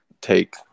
take